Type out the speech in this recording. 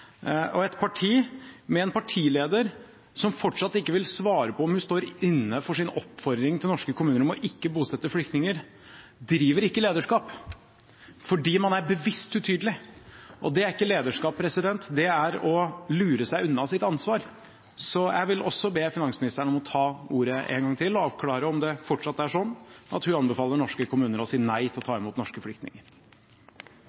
og et parti med en partileder som fortsatt ikke vil svare på om hun står inne for sin oppfordring til norske kommuner om ikke å bosette flyktninger, driver ikke lederskap, fordi man er bevisst utydelig. Det er ikke lederskap, det er å lure seg unna sitt ansvar. Så jeg vil også be finansministeren om å ta ordet en gang til og avklare om det fortsatt er slik at hun anbefaler norske kommuner å si nei til å ta imot flyktninger.